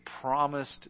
promised